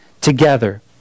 together